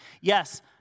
Yes